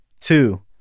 two